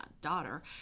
daughter